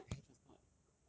but hair transplant